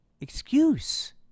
excuse